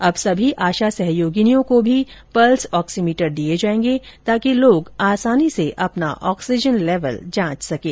अब सभी आशा सहयोगिनियों को भी पल्स ऑक्सीमीटर दिए जाएंगे ताकि लोग आसानी से अपना ऑक्सीजन लेवल जांच सकें